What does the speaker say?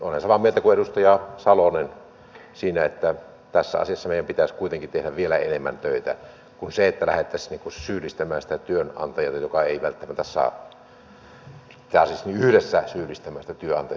olen samaa mieltä kuin edustaja salonen siinä että tässä asiassa meidän pitäisi kuitenkin tehdä vielä enemmän töitä eikä lähteä yhdessä syyllistämään sitä työnantajaa joka ei välttämättä saa työntekijöitä sinne